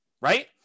Right